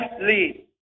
lead